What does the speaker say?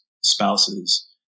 spouses